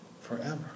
forever